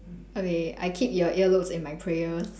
okay I keep your earlobes in my prayers